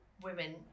women